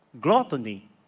gluttony